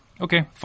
Okay